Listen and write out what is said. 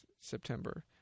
September